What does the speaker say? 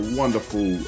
wonderful